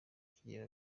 ikigega